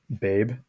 babe